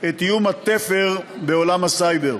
את איום התפר בעולם הסייבר.